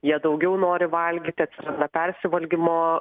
jie daugiau nori valgyti atsiranda persivalgymo